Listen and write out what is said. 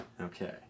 okay